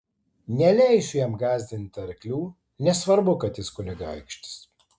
neleisiu jam gąsdinti arklių nesvarbu kad jis kunigaikštis